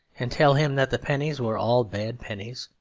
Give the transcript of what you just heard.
and tell him that the pennies were all bad pennies,